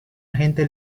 agente